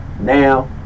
Now